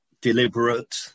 deliberate